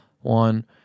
one